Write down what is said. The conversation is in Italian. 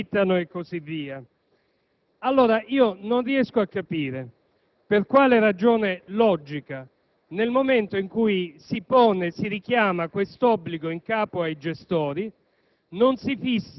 Signor Presidente, ovviamente seguo l'*iter* logico che lei ha esposto a proposito dal rapporto tra emendamento e ordine del giorno; pur non condividendolo, non lo discuto.